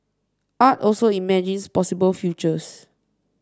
art also imagines possible futures